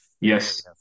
Yes